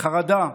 בחרדה,